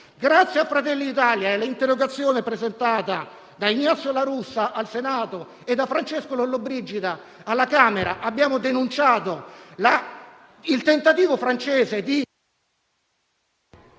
grazie a Fratelli d'Italia e all'interrogazione presentata dal senatore La Russa al Senato e dall'onorevole Lollobrigida alla Camera, abbiamo denunciato il tentativo francese di